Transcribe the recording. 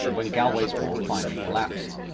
when galway's wall finally collapsed.